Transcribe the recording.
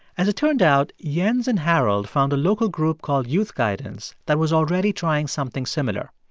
as it turned out, jens and harold found a local group called youth guidance that was already trying something similar.